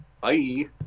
Bye